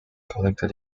collector